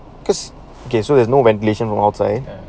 that cause okay so there's no ventilation from outside